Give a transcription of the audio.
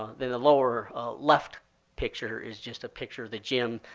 the the lower left picture is just a picture of the gym,